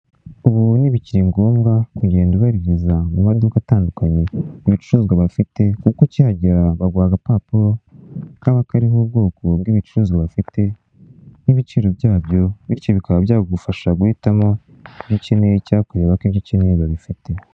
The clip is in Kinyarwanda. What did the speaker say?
Ubu ntibikiri ngombwa kugenda werekeza mu maduka atandukanye ubaza ibicuruzwa bafite, kuko ukihagera baguha agapapuro kaba kariho ubwoko bw'ibicuruzwa bafite n'ibiciro byabyo bityo ukabasha guhitamo ibyo ukeneye cyangwa ukareba ko ibyo ukeneye babifite.